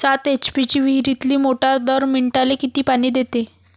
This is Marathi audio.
सात एच.पी ची विहिरीतली मोटार दर मिनटाले किती पानी देते?